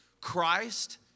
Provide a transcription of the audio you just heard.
Christ